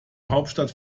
hauptstadt